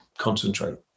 concentrate